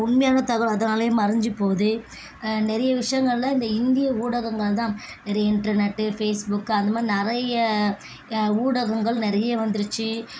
உண்மையான தகவல் அதனாலே மறைஞ்சி போகுது நிறைய விஷயங்கள்ல இந்த இந்திய ஊடகங்கள்தான் நிறைய இன்டர்நெட்டு ஃபேஸ்புக்கு அந்தமாதிரி நிறைய ஊடகங்கள் நிறைய வந்துருச்சு